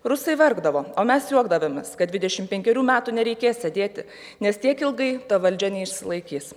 rusai verkdavo o mes juokdavomės kad dvidešim penkerių metų nereikės sėdėti nes tiek ilgai ta valdžia neišsilaikys